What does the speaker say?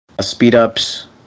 speed-ups